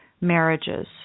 marriages